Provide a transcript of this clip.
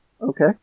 Okay